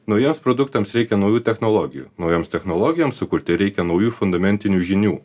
naujiems produktams reikia naujų technologijų naujoms technologijoms sukurti reikia naujų fundamentinių žinių